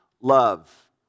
love